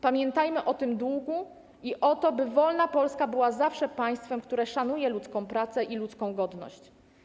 Pamiętajmy o tym długu i o tym, by wolna Polska była zawsze państwem, które szanuje ludzką pracę i ludzką godność.